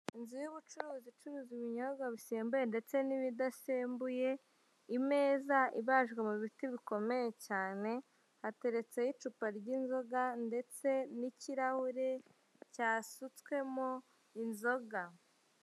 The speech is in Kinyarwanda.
Inzu y'ubucuruzi icuruza ibinyobwa ibisembuye ndetse n'ibidasembuye, imeza ibajwe mu biti bikomeye cyane, hateretseho icupa ry'inzoga ndetse n'ikirahure cyasuswemo inzoga.